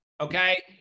Okay